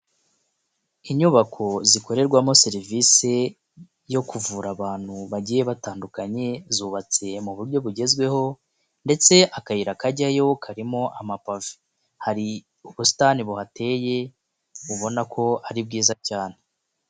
Inyubako zikorerwamo serivisi yo kuvura abantu bagiye batandukanye, zubatse mu buryo bugezweho, ndetse akayira kajyayo karimo amapave, hari ubusitani buhateye ubona ko ari bwiza cyane.